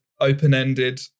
open-ended